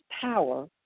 power